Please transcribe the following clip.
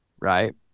right